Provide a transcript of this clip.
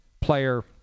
player